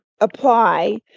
apply